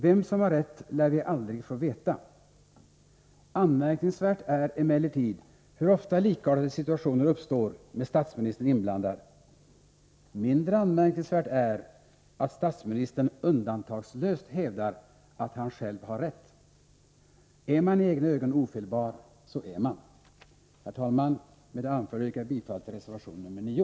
Vem som har rätt lär vi aldrig få veta. Anmärkningsvärt är emellertid hur ofta det uppstår likartade situationer med statsministern inblandad. Mindre anmärkningsvärt är att statsministern undantagslöst hävdar att han själv har rätt. Är man i egna ögon ofelbar, så är man! Herr talman! Med det anförda yrkar jag bifall till reservation nr 9.